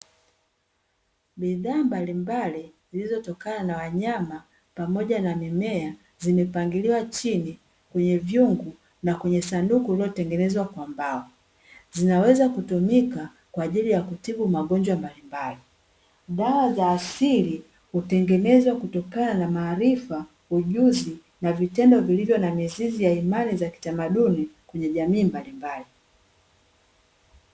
Bidhaa mbalimbali zinazotokana na wanyama pamoja na mimea zimepangiliwa chini kwenye vyungu na kwenyesanduku, lililotengenezwa kwa mbao, zinaweza kutumika kwa ajili ya kutibu magonjwa mbalimbali. Dawa za asili hutengenezwa kutokana na maarifa, ujuzi na vitendo vilivyo na mizizi ya imani za kitamaduni kwenye jamii mbalimbali.